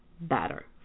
better